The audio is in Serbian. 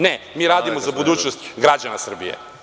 Ne, mi radimo za budućnost građana Srbije.